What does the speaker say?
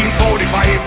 forty five